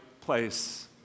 place